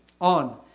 on